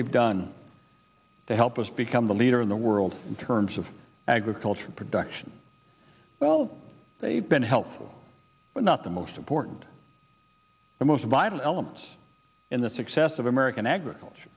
they've done to help us become the leader in the world in terms of agricultural production well they've been helpful but not the most important the most vital elements in the success of american agriculture